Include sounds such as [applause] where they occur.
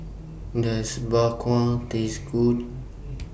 Does Bak Kwa Taste Good [noise]